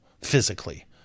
physically